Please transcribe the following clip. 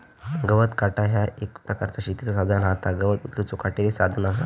गवत काटा ह्या एक प्रकारचा शेतीचा साधन हा ता गवत उचलूचा काटेरी साधन असा